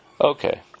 Okay